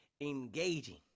engaging